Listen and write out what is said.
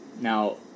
Now